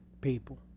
people